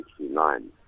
1969